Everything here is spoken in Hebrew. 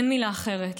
אין מילה אחרת,